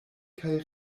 kaj